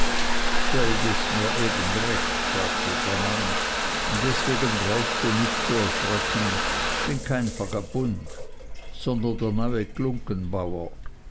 selb ist mir eben recht sagte der mann deswegen brauchst du nicht zu erschrecken bin kein vagabund sondern der